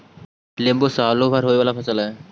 लेम्बो सालो भर होवे वाला फसल हइ